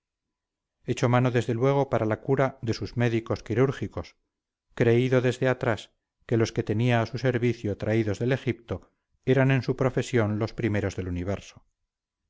echó mano desde luego para la cura de sus médicos quirúrgicos creído desde atrás que los que tenía a su servicio traídos del egipto eran en su profesión los primeros del universo